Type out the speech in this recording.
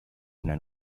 una